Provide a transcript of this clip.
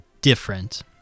different